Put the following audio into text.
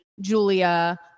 Julia